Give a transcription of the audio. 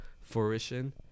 fruition